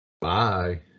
Bye